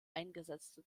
eingesetzte